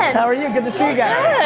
how are you, good to see you guys,